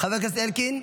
חבר הכנסת אלקין?